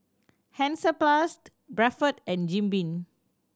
Hansaplast Bradford and Jim Beam